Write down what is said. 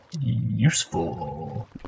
Useful